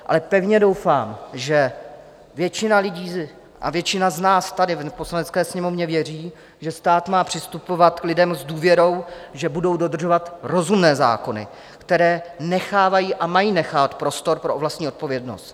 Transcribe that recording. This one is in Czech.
Ale pevně doufám, že většina lidí a většina z nás tady v Poslanecké sněmovně věří, že stát má přistupovat k lidem s důvěrou, že budou dodržovat rozumné zákony, které nechávají a mají nechávat prostor pro vlastní odpovědnost.